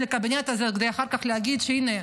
לקבינט הזה הוא כדי להגיד אחר כך: הינה,